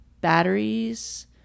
batteries